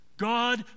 God